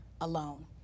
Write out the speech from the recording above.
alone